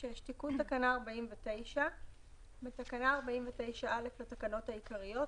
תיקון תקנה 49 בתקנה 49(א) לתקנות העיקריות,